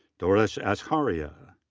doris askharia.